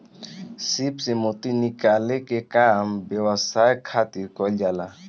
सीप से मोती निकाले के काम व्यवसाय खातिर कईल जाला